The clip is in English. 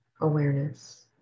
awareness